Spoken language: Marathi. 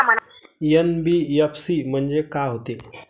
एन.बी.एफ.सी म्हणजे का होते?